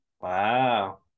Wow